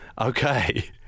Okay